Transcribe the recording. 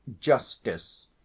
justice